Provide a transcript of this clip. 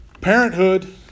Parenthood